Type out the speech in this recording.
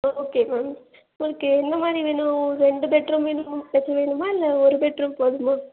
okay ma'am உங்களுக்கு எந்த மாரி வேணும் ரெண்டு பெட்ரூம் வேணும் வச்சது வேணுமா இல்லை ஒரு பெட்ரூம் போதுமா